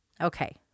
Okay